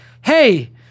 hey